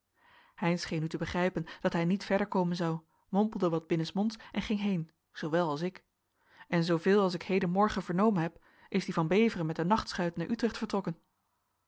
heynsz scheen nu te begrijpen dat hij niet verder komen zou mompelde wat binnensmonds en ging heen zoowel als ik en zooveel als ik hedenmorgen vernomen heb is die van beveren met de nachtschuit naar utrecht vertrokken